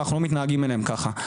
ואנחנו לא מתנהגים אליהם ככה.